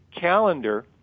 calendar